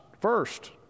first